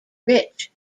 rich